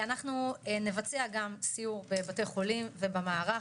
אנחנו נבצע גם סיור בבתי חולים ובמערך,